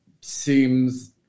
seems